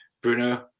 Bruno